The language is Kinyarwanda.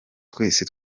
twese